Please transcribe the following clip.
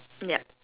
ya